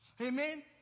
Amen